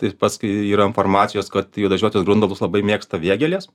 ir paskui yra informacijos kad juodažiočius grundalus labai mėgsta vėgėlės